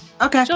Okay